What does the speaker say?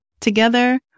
Together